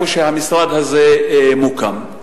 במקום שהמשרד הזה מוקם.